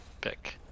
pick